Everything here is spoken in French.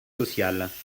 sociales